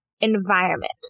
environment